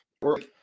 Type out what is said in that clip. work